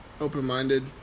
open-minded